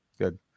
Good